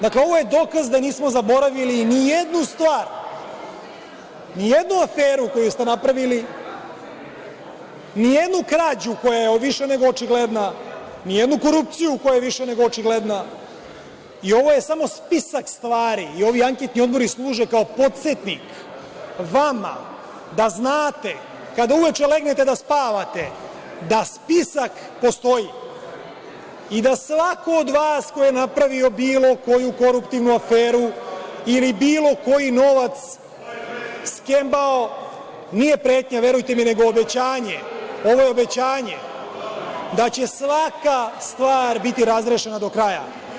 Dakle, ovo je dokaz da nismo zaboravili ni jednu stvar, ni jednu aferu koju ste napravili, ni jednu krađu koja je više nego očigledna, ni jednu korupciju koja je više nego očigledna i ovo je samo spisak stvari i ovi anketni odbori služe kao podsetnik vama da znate kada uveče legnete da spavate da spisak postoji i da svako od vas ko je napravio bilo koju koruptivnu aferu ili bilo koji novac skembao, nije pretnja verujte mi, nego obećanje, ovo je obećanje da će svaka stvar biti razrešena do kraja.